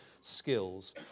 skills